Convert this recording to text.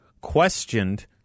questioned